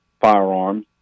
firearms